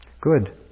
good